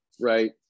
right